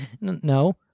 no